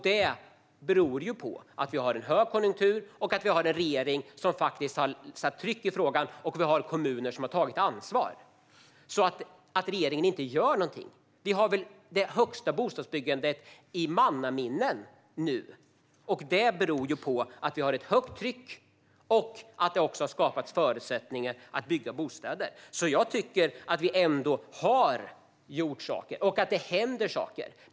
Det beror på att vi har en högkonjunktur, en regering som har satt tryck i frågan och kommuner som har tagit ansvar. Robert Hannah säger att regeringen inte gör någonting - när vi nu har det högsta bostadsbyggandet i mannaminne! Det beror på att vi har ett högt tryck och att det har skapats förutsättningar att bygga bostäder. Jag tycker att vi har gjort saker och att det händer saker.